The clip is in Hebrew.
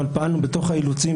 אבל פעלנו בתוך האילוצים.